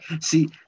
see